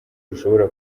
rushobora